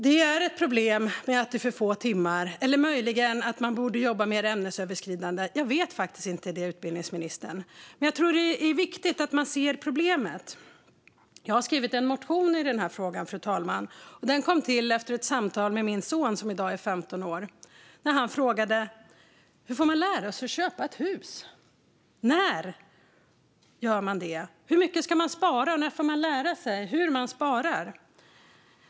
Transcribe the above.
Det är ett problem att det är för få timmar - eller möjligen borde man jobba mer ämnesöverskridande. Jag vet faktiskt inte, utbildningsministern. Men jag tror att det är viktigt att man ser problemet. Jag har skrivit en motion i frågan, fru talman. Den kom till efter ett samtal med min son, som i dag är 15 år, där han frågade: Hur får man lära sig att köpa ett hus? När gör man det? Hur mycket ska man spara, och när får man lära sig hur man sparar?